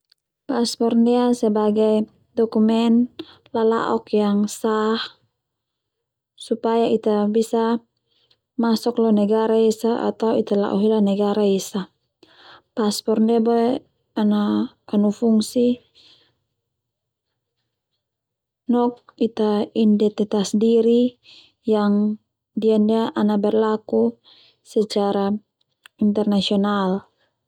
Pasword ndia sebagai dokumen lalaok yang sah, supaya Ita bisa masok lo negara esa atau Ita Lao Hela negara esa, pasword ndia boe ana kanu fungsi Nok Ita identitas diri yang ndia ana berlaku secara internasional.